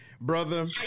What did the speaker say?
Brother